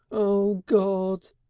o god!